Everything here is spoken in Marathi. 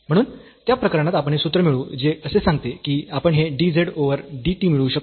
म्हणून त्या प्रकरणात आपण हे सूत्र मिळवू जे असे सांगते की आपण हे dz ओव्हर dt मिळवू शकतो